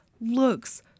looks